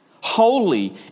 Holy